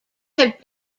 have